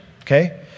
okay